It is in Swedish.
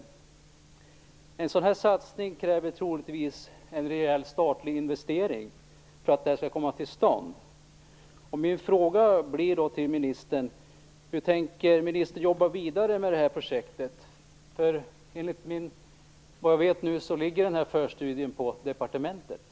För att en satsning skall komma till stånd krävs troligtvis en rejäl statlig investering. Min fråga till ministern är: Hur tänker ministern arbeta vidare med detta projekt? Såvitt jag vet ligger förstudien på departementet.